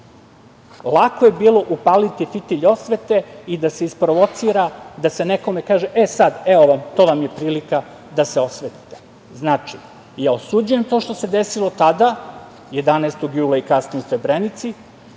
lako je bilo upaliti fitilj osvete i da se isprovocira da se nekome kaže – e sada, e ovo vam je prilika da se osvetite. Znači, ja osuđujem to što se desilo tada, 11. jula i kasnije u Srebrenici,